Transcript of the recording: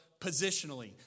positionally